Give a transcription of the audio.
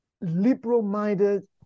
liberal-minded